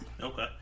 Okay